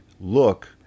look